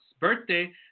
birthday